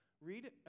read